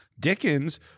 Dickens